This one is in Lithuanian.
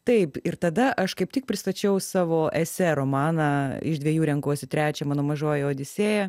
taip ir tada aš kaip tik pristačiau savo esė romaną iš dviejų renkuosi trečią mano mažoji odisėja